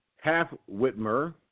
Half-Whitmer